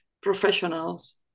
professionals